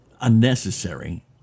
unnecessary